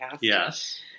Yes